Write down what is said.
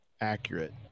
accurate